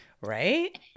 Right